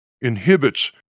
inhibits